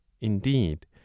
indeed